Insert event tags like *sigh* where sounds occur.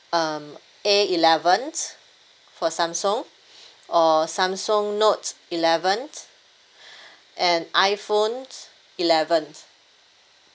um A eleven for samsung *breath* or samsung note eleven and iphone eleven